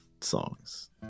songs